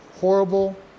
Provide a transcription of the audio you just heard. horrible